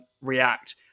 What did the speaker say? React